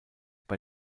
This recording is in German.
bei